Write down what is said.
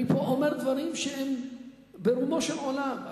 אני פה אומר דברים שהם ברומו של עולם.